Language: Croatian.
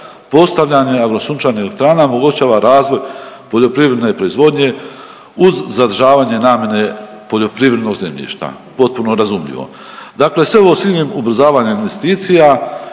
postavljanje sunčanih elektrana omogućava razvoj poljoprivredne proizvodnje uz zadržavanje namjene poljoprivrednog zemljišta, potpuno razumljivo. Dakle sve ovo s ciljem ubrzavanja investicija